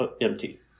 empty